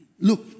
Look